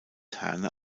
herne